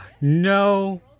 no